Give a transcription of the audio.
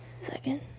second